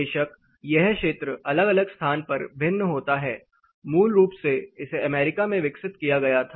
बेशक यह क्षेत्र अलग अलग स्थान पर भिन्न होता है मूल रूप से इसे अमेरिका में विकसित किया गया था